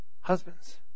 Husbands